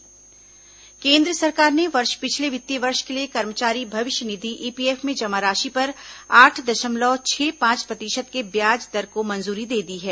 सरकार ईपीएफओ केंद्र सरकार ने पिछले वित्तीय वर्ष के लिए कर्मचारी भविष्य निधि ईपीएफ में जमा राशि पर आठ दशमलव छह पांच प्रतिशत के ब्याज दर को मंजूरी दे दी है